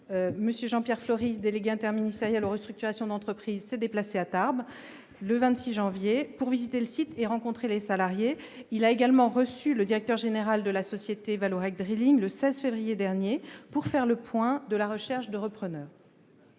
dit, Jean-Pierre Floris, délégué interministériel aux restructurations d'entreprises, s'est déplacé à Tarbes le 26 janvier dernier pour visiter le site et rencontrer les salariés. Il a également reçu le directeur général de la société Vallourec Drilling le 16 février dernier pour faire le point sur la recherche de repreneurs.